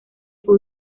fue